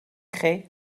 chi